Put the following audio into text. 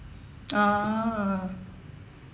ah